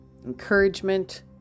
encouragement